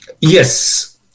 Yes